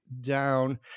down